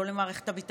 לא למערכת הביטחון,